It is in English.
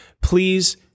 Please